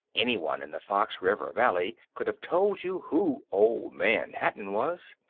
anyone in the fox river valley could have told you who old man hatton was.